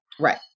right